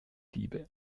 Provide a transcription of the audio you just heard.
diebe